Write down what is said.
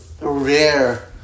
rare